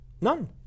None